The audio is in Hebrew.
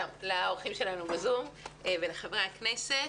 שלום לאורחים שלנו בזום ולחברי הכנסת.